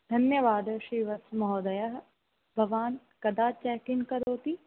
धन्यवादः श्रीवत्स् महोदयः भवान् कदा चेक्किन् करोति